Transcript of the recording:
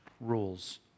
rules